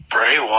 Bray